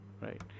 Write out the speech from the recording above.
right